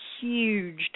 huge